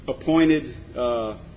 appointed